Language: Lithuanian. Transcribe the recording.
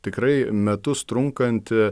tikrai metus trunkanti